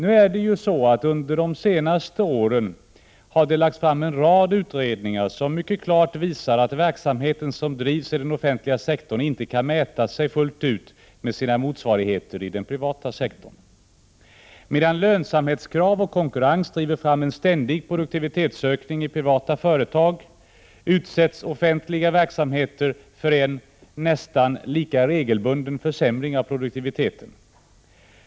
Under de senaste åren har det lagts fram en rad utredningar som mycket klart visar att dem verksamhet som bedrivs inom den offentliga sektorn inte kan mäta sig fullt ut med sina motsvarigheter i den privata sektorn. Medan lönsamhetskrav och konkurrens driver fram en ständig produktivitetsökning i privata företag, utsätts offentliga verksamheter för en nästan lika regelbunden försämring av produktiviteten.